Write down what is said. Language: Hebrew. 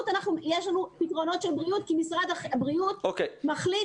יש לנו פתרונות לגבי הבריאות כי משרד הבריאות מחליט